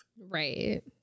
Right